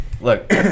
look